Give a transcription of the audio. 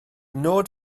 nod